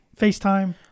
FaceTime